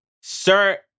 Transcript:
Sir